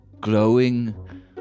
glowing